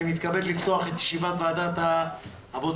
אני מתכבד לפתוח את ישיבת ועדת העבודה,